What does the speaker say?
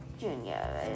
Junior